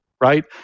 right